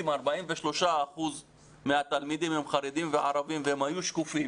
43% מהתלמידים הם חרדים וערבים והם היו שקופים